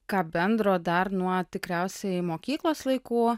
ką bendro dar nuo tikriausiai mokyklos laikų